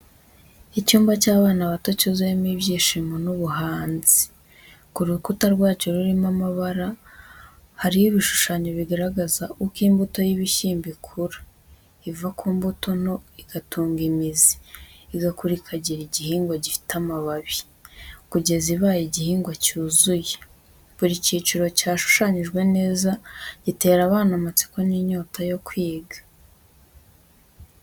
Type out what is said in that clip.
Icyumba cy’abana bato cyuzuyemo ibyishimo n’ubuhanzi. Ku rukuta rwarwo rurimo amabara, hariho ibishushanyo bigaragaza uko imbuto y’ibishyimbo ikura, iva ku mbuto nto igatanga imizi, igakura ikagira igihingwa gifite amababi, kugeza ibaye igihingwa cyuzuye. Buri cyiciro cyashushanyijwe neza, gitera abana amatsiko n’inyota yo kwiga.